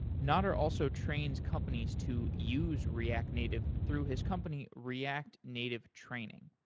nader also trains companies to use react native through his company react native training.